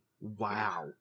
Wow